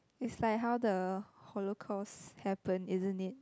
is like how the Holocaust happen isn't it